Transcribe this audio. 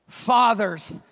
Fathers